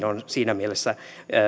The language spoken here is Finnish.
on siinä mielessä